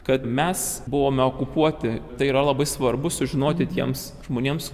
kad mes buvome okupuoti tai yra labai svarbu sužinoti tiems žmonėms